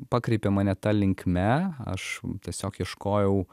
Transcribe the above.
pakreipė mane ta linkme aš tiesiog ieškojau